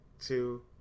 two